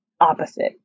opposite